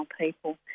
people